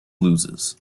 loses